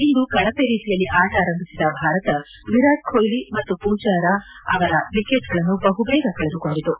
ಇಂದು ಕಳಪೆ ರೀತಿಯಲ್ಲಿ ಆಟ ಆರಂಭಿಸಿದ ಭಾರತ ವಿರಾಟ್ ಕೊಟ್ಲಿ ಮತ್ತು ಪೂಜಾರ ಅವರ ವಿಕೆಟ್ಗಳನ್ನು ಬಹುಬೇಗ ಕಳೆದುಕೊಂಡಿತು